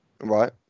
Right